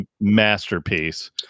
masterpiece